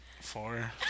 Four